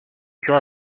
cœur